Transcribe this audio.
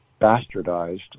bastardized